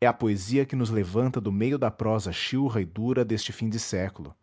é a poesia que nos levanta do meio da prosa chilra e dura deste fim de século